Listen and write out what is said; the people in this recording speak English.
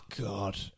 god